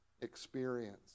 experience